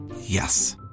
Yes